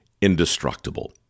indestructible